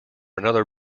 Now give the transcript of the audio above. another